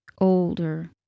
older